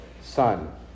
Son